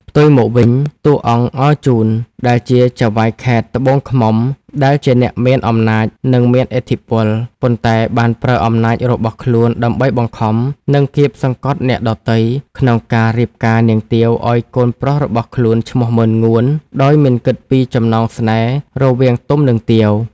ផ្ទុយមកវិញ តួអង្គអរជូន ដែលជាចៅហ្វាយខេត្តត្បូងឃ្មុំ ដែលជាអ្នកមានអំណាច និងមានឥទ្ធិពល ប៉ុន្តែបានប្រើអំណាចរបស់ខ្លួនដើម្បីបង្ខំ និងកៀបសង្កត់អ្នកដទៃ ក្នុងការរៀបការនាងទាវឲ្យកូនប្រុសរបស់ខ្លួនឈ្មោះ ម៉ឺនងួន ដោយមិនគិតពីចំណងស្នេហ៍រវាងទុំ និងទាវ។